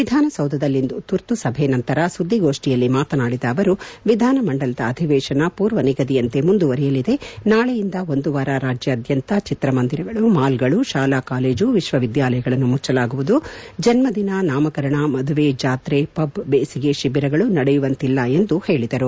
ವಿಧಾಸೌಧದಲ್ಲಿಂದು ತುರ್ತುಸಭೆ ನಂತರ ಸುದ್ಗೋಷ್ನಿಯಲ್ಲಿ ಮಾತನಾಡಿದ ಅವರು ವಿಧಾನಮಂಡಲದ ಅಧಿವೇಶನ ಪೂರ್ವ ನಿಗದಿಯಂತೆ ಮುಂದುವರೆಯಲಿದೆ ನಾಳೆಯಿಂದ ಒಂದು ವಾರ ರಾಜ್ಲಾದ್ಗಂತ ಚಿತ್ರಮಂದಿರಗಳು ಮಾಲ್ಗಳು ಶಾಲಾ ಕಾಲೇಜು ವಿಶ್ವವಿದ್ಯಾಲಯಗಳನ್ನು ಮುಚ್ಚಲಾಗುವುದು ಜನ್ದಿನ ನಾಮಕರಣ ಮದುವೆ ಜಾತ್ರೆ ಪಬ್ ಬೇಸಿಗೆ ತಿಬಿರಗಳು ನಡೆಯುವಂತಿಲ್ಲ ಎಂದು ಹೇಳಿದರು